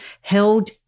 held